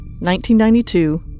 1992